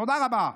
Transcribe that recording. תודה רבה,